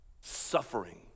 suffering